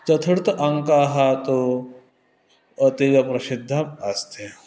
चतुर्थः अङ्कः तु अतिप्रसिद्धम् अस्ति